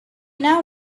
now